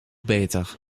beter